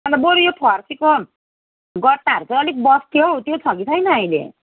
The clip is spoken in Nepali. अन्त बरू यो फर्सीको गट्टाहरू चाहिँ अलिक बस्थ्यो हौ त्यो छ कि छैन अहिले